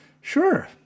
Sure